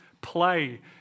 play